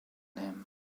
him